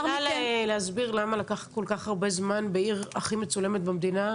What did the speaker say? את יכולה להסביר למה לקח כל כך הרבה זמן בעיר הכי מצולמת במדינה,